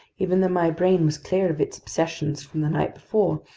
even though my brain was clear of its obsessions from the night before,